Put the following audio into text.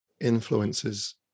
influences